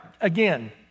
again